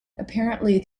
apparently